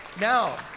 now